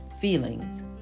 feelings